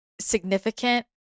significant